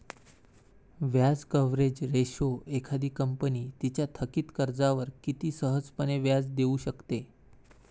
व्याज coverage ratio एखादी company तिच्या थकित कर्जावर किती सहजपणे व्याज देऊ शकते